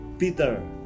Peter